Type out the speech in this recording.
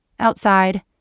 Outside